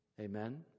Amen